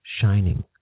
shining